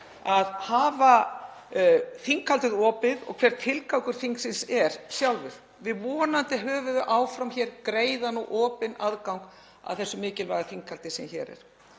að hafa þinghaldið opið og hver tilgangur þingsins er sjálfur. Vonandi höfum við áfram hér greiðan og opinn aðgang að þessu mikilvæga þinghaldi sem hér er.